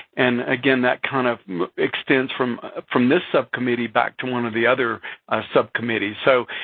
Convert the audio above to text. and again, that kind of extends from ah from this subcommittee back to one of the other subcommittees. so,